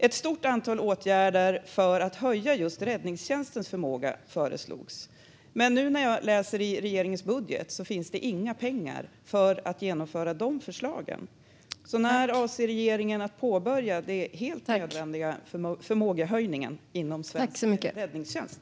Ett stort antal åtgärder för att höja just räddningstjänstens förmåga föreslogs. Men nu när jag läser regeringens budget ser jag inga pengar för att genomföra dessa förslag. När avser regeringen att påbörja den helt nödvändiga förmågehöjningen inom svensk räddningstjänst?